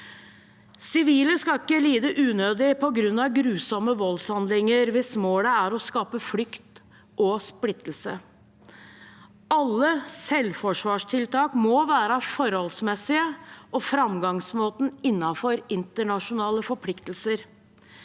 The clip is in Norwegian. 237 skal ikke lide unødig på grunn av grusomme voldshandlinger hvis mål er å skape frykt og splittelse. Alle selvforsvarstiltak må være forholdsmessige, og framgangsmåten innenfor internasjonale forpliktelser.